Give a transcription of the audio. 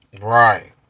Right